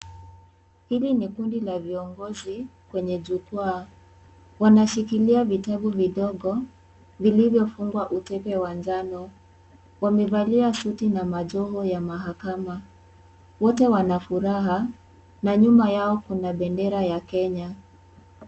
Hili ni kundi la viongozi kwenye jukwaa. Wanashikilia vitevu vidogo vilivyofungwa utepu wa njano. Wamevalia suti na majoho ya mahakama. Wote Wana furaha na nyuma yao kuna pendera ya Kenya.